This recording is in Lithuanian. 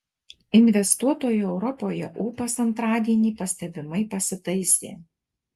investuotojų europoje ūpas antradienį pastebimai pasitaisė